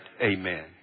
amen